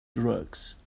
drugs